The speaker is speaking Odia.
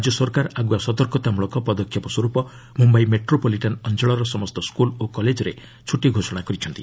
ରାଜ୍ୟ ସରକାର ଆଗୁଆ ସତର୍କତାମ୍ବଳକ ପଦକ୍ଷେପ ସ୍ୱର୍ପ ମୁମ୍ବାଇ ମେଟ୍ରୋପଲିଟାନ୍ ଅଞ୍ଚଳର ସମସ୍ତ ସ୍କୁଲ୍ ଓ କଲେଜ୍ରେ ଛୁଟି ଘୋଷଣା କରିଛନ୍ତି